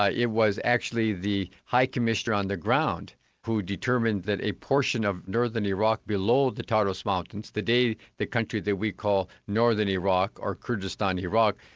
ah it was actually the high commissioner on the ground who determined that a portion of northern iraq below the taros mountains, today the country that we call northern iraq, or kurdistan iraq,